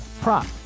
prop